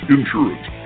Insurance